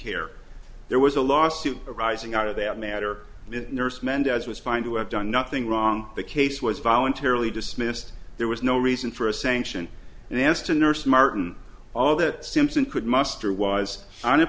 care there was a lawsuit arising out of that matter that nurse mendez was fined to have done nothing wrong the case was voluntarily dismissed there was no reason for a sanction and asked to nurse martin all that simpson could muster was on a